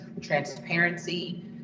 transparency